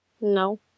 No